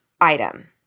item